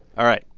all right.